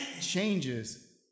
changes